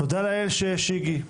תודה לאל שיש איגי,